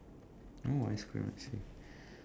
oh ice cream I see